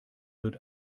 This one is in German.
wird